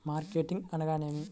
Marketing అనగానేమి?